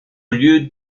lieux